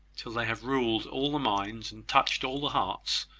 till they have ruled all the minds, and touched all the hearts,